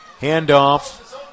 handoff